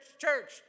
church